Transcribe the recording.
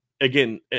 again